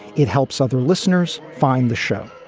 it helps other listeners find the show.